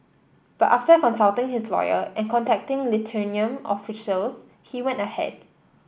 but after consulting his lawyer and contacting Lithuanian officials he went ahead